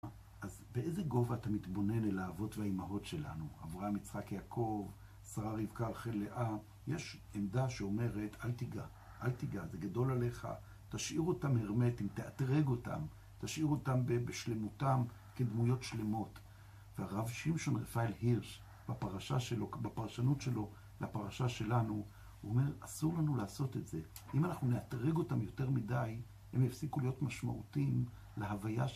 אז באיזה גובה אתה מתבונן אל האבות והאימהות שלנו? אברהם יצחק יעקב, שרה רבקה, רחל לאה. יש עמדה שאומרת, אל תיגע, אל תיגע, זה גדול עליך. תשאיר אותם הרמטיים, תאתרג אותם. תשאיר אותם בשלמותם כדמויות שלמות. והרב שמשון רפאיל הירש, בפרשנות שלו לפרשה שלנו, הוא אומר, אסור לנו לעשות את זה. אם אנחנו נאתרג אותם יותר מדי, הם יפסיקו להיות משמעותיים להוויה שלנו.